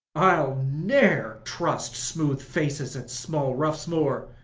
i'll ne'er trust smooth faces and small ruffs more